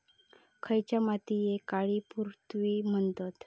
खयच्या मातीयेक काळी पृथ्वी म्हणतत?